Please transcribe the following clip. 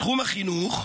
בתחום החינוך,